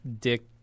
dick